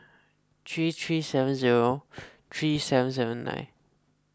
three three seven zero three seven seven nine